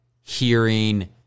hearing